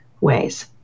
ways